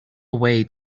away